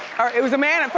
her. it was a man at but